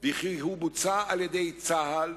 וכי הוא בוצע על-ידי צה"ל,